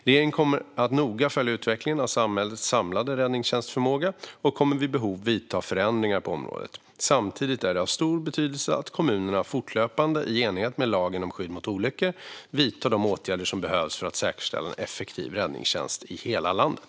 Regeringen kommer att noga följa utvecklingen av samhällets samlade räddningstjänstförmåga och kommer vid behov att göra förändringar på området. Samtidigt är det av stor betydelse att kommunerna fortlöpande i enlighet med lagen om skydd mot olyckor vidtar de åtgärder som behövs för att säkerställa en effektiv räddningstjänst i hela landet.